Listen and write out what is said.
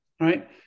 right